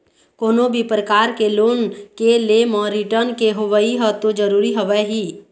कोनो भी परकार के लोन के ले म रिर्टन के होवई ह तो जरुरी हवय ही